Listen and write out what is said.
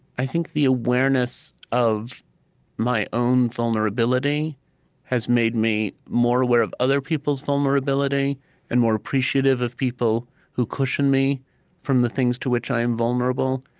i think the awareness of my own vulnerability has made me more aware of other people's vulnerability and more appreciative of people who cushion me from the things to which i am vulnerable.